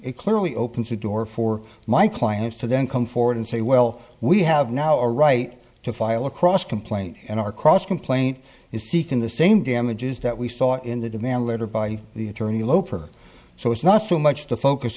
it clearly opens the door for my clients to then come forward and say well we have now a right to file across complaint in our cross complaint is seeking the same damages that we saw in the demand letter by the attorney loper so it's not so much to focus